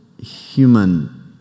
human